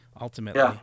ultimately